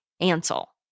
Ansel